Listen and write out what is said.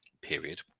period